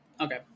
okay